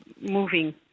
moving